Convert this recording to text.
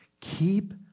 keep